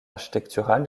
architectural